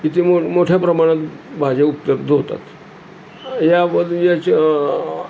तिथे मो मोठ्या प्रमाणात भाज्या उपलब्ध होतात याबद याच्या